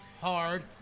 hard